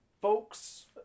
folks